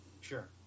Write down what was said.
Sure